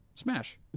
Smash